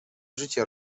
życie